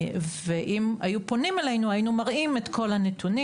אם היו פונים אלינו, היינו מראים את כל הנתונים.